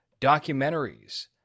documentaries